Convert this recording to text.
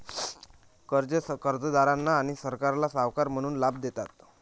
कर्जे कर्जदारांना आणि सरकारला सावकार म्हणून लाभ देतात